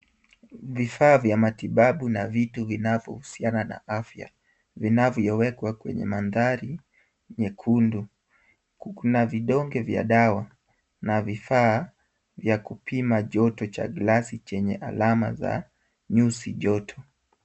Vifaa vya matibabu na vitu vinavyohusiana na afya: vinavyo wekwa kwenye mandhari, nyekundu. Kuna vidonge vya dawa, na vifaa vya kupima joto cha glasi chenye alama za nyusi joto.